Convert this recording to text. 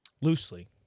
Loosely